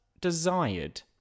desired